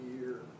year